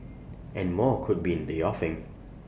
and more could be in the offing